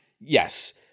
Yes